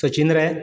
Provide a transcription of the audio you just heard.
सचीन रे